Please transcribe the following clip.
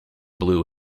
blue